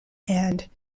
and